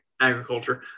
agriculture